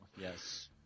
yes